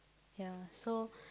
ya so